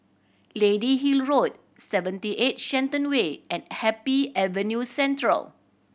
Lady Hill Road Seventy Eight Shenton Way and Happy Avenue Central